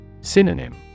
Synonym